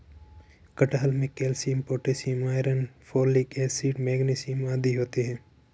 कटहल में calcium potassium iron folic acid magnesium आदि होते हैं